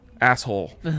Asshole